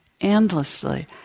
endlessly